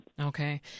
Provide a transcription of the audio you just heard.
Okay